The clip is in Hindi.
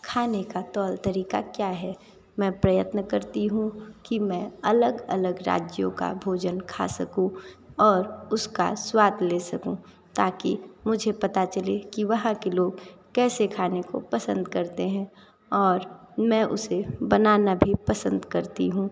खाने का तौर तरीका क्या है मैं प्रयत्न करती हूँ कि मैं अलग अलग राज्यों का भोजन खा सकूँ और उसका स्वाद ले सकूँ ताकि मुझे पता चले की वहाँ के लोग कैसे खाने को पसंद करते हैं और मैं उसे बनाना भी पसंद करती हूँ